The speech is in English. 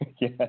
Yes